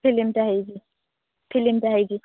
ଫିଲ୍ମଟା ହେଇଛି ଫିଲ୍ମଟା ଯାହା ହେଇଛି